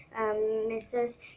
mrs